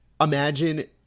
Imagine